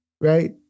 right